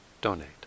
donate